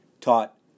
taught